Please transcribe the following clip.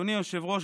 אדוני היושב-ראש,